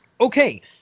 Okay